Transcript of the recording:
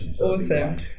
awesome